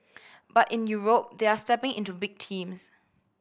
but in Europe they are stepping into big teams